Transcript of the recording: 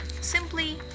simply